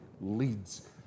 leads